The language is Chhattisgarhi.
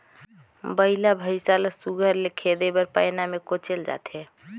बइला भइसा ल सुग्घर ले खेदे बर पैना मे कोचल जाथे